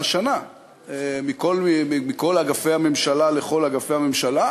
השנה מכל אגפי הממשלה לכל אגפי הממשלה.